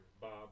bob